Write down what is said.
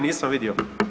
Nisam vidio.